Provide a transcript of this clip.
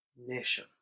nation